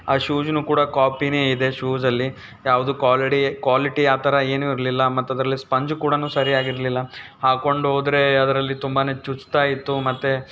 ಆ ಶೂಜುನು ಕೂಡ ಕಾಪಿನೇ ಇದೆ ಶೂಸಲ್ಲಿ ಯಾವುದೂ ಕ್ವಾಲಿಡಿ ಕ್ವಾಲಿಟಿ ಆ ಥರ ಏನು ಇರಲಿಲ್ಲ ಮತ್ತದರಲ್ಲಿ ಸ್ಪಂಜು ಕೂಡಾ ಸರಿಯಾಗಿರಲಿಲ್ಲ ಹಾಕೊಂಡ್ಹೋದ್ರೆ ಅದರಲ್ಲಿ ತುಂಬಾ ಚುಚ್ತಾಯಿತ್ತು ಮತ್ತು